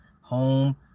home